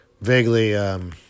vaguely